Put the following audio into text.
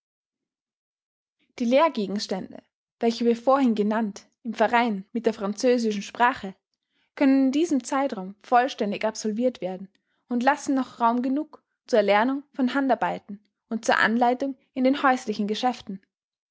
die lehrgegenstände welche wir vorhin genannt im verein mit der französischen sprache können in diesem zeitraum vollständig absolvirt werden und lassen noch raum genug zur erlernung von handarbeiten und zur anleitung in den häuslichen geschäften